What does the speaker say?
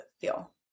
feel